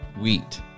wheat